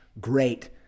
great